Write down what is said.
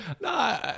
No